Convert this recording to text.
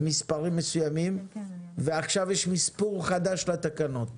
מספרים מסוימים ועכשיו יש מספור חדש לתקנות.